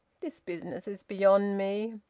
this business is beyond me!